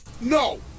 No